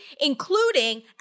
including